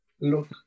look